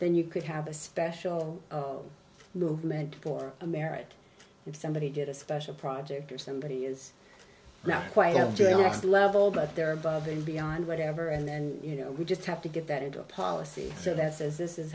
then you could have a special movement for america if somebody get a special project or somebody is not quite up to the next level but they're above and beyond whatever and then you know we just have to get that into a policy so that says this is